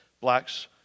blacks